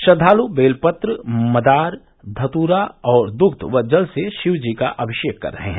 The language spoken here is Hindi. श्रद्वालु बेलपत्र मदार धतूरा और दृश्य व जल से शिवजी का अभिषेक कर रहे हैं